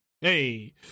hey